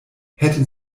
hätten